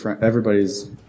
everybody's